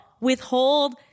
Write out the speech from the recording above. withhold